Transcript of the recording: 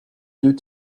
deux